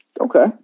Okay